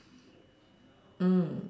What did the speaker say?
mm